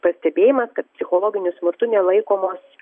pastebėjimas kad psichologiniu smurtu nelaikomos